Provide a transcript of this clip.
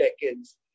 decades